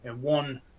one